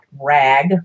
rag